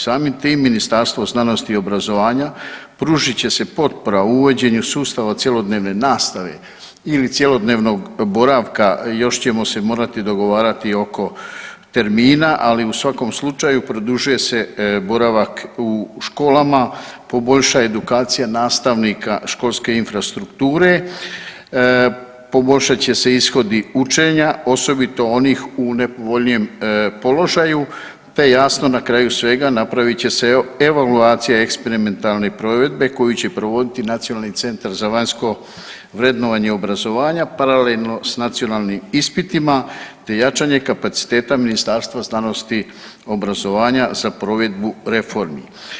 Samim tim Ministarstvo znanosti i obrazovanja pružit će se potpora u uvođenju sustava cjelodnevne nastave ili cjelodnevnog boravka još ćemo se morati dogovarati oko termina, ali u svakom slučaju produžuje se boravak u školama, poboljša edukacija nastavnika školske infrastrukture, poboljšat će se ishodi učenja osobito onih u nepovoljnijem položaju te jasno na kraju svega napravit će se evaluacija eksperimentalne provedbe koju će provoditi NCVVO paralelno s nacionalnim ispitima te jačanje kapaciteta Ministarstva znanosti, obrazovanja za provedbu reformi.